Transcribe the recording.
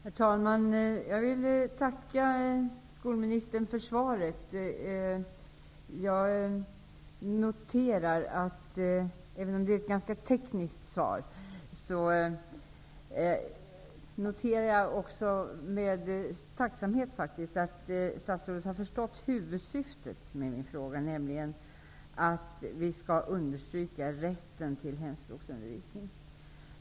Herr talman! Jag vill tacka skolministern för svaret. Även om det är ett ganska tekniskt svar, noterar jag med tacksamhet att statsrådet förstått huvudsyftet med min fråga, nämligen att vi skall understryka rätten till hemspråksundervisning.